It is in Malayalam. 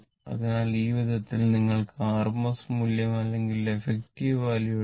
അതിനാൽ ഈ വിധത്തിൽ നിങ്ങൾക്ക് r m s മൂല്യം അല്ലെങ്കിൽ എഫക്റ്റീവ് വാല്യൂ എഴുതാം